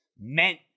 meant